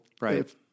right